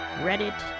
Reddit